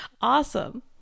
Awesome